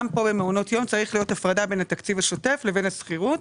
גם פה במעונות יום צריך להיות הפרדה בין התקציב השוטף לבין השכירות,